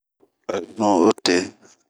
Azun'o te.